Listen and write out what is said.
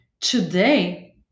Today